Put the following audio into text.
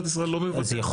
--- נירה --- את האצבעות.